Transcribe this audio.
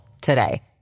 today